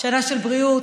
שנה של בריאות,